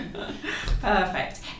Perfect